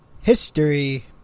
history